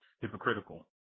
hypocritical